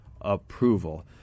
approval